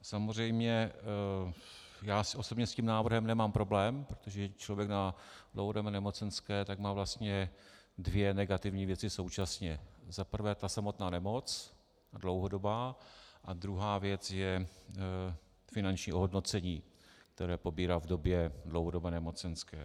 Samozřejmě já osobně s tím návrhem nemám problém, protože člověk na dlouhodobé nemocenské má vlastně dvě negativní věci současně za prvé samotná dlouhodobá nemoc a druhá věc je finanční ohodnocení, které pobírá v době dlouhodobé nemocenské.